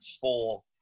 four